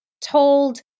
told